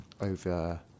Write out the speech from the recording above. over